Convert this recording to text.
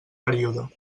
període